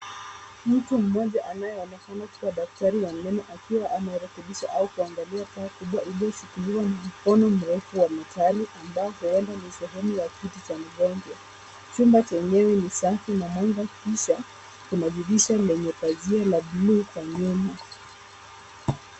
Mtu mmoja anayeonekana kuwa daktari wa meno akiwa anaerekebisha au kuangalia taa kubwa iliyo shikiliwa mkono mrefu wa metali ambapo ni sehemu ya kiti cha mgonjwa. Chumba chenyewe ni safi na mwisho kuna dirisha lenye pazia la buluu kwa nyuma.